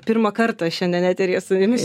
pirmą kartą šiandien eteryje su jumis